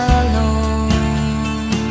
alone